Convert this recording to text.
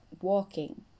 walking